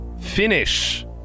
Finish